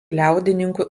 liaudininkų